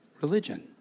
religion